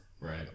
Right